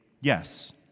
yes